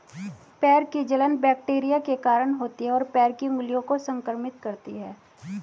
पैर की जलन बैक्टीरिया के कारण होती है, और पैर की उंगलियों को संक्रमित करती है